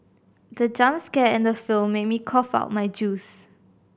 the jump scare in the film made me cough out my juice